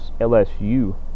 LSU